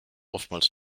oftmals